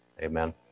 Amen